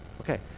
Okay